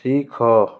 ଶିଖ